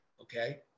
Okay